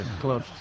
close